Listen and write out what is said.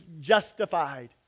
justified